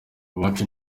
iwacu